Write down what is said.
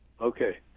Okay